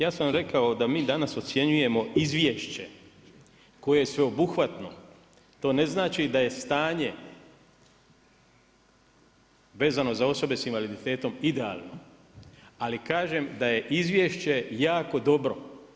Ja sam rekao da mi danas ocjenjujemo izvješće koje je sveobuhvatno, to ne znači da je stanje vezano za osobe s invaliditetom idealno, ali kažem da je izvješće jako dobro.